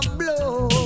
blow